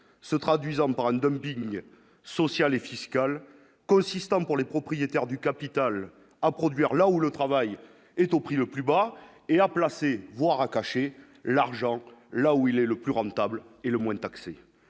se traduisant par un dumping social et fiscal consistant pour les propriétaires du capital à produire là où le travail est au prix le plus bas et à placer, voire à cacher l'argent là où il est le plus rentable et le moins taxés,